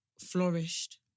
flourished